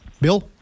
Bill